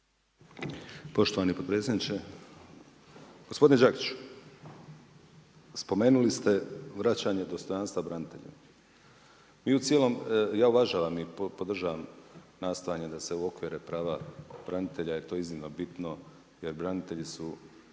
Poštovani potpredsjedniče. Gospodine Đakiću, spomenuli ste vraćanje dostojanstva braniteljima, ja uvažavam i podržavam nastojanje da se uokvire prava branitelja jer je to iznimno bitno jer branitelji su